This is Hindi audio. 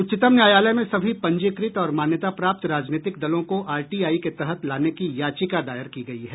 उच्चतम न्यायालय में सभी पंजीकृत और मान्यता प्राप्त राजनीतिक दलों को आरटीआई के तहत लाने की याचिका दायर की गई है